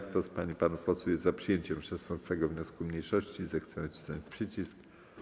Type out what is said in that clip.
Kto z pań i panów posłów jest za przyjęciem 16. wniosku mniejszości, zechce nacisnąć przycisk.